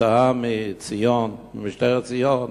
והוצא ממשטרת ציון,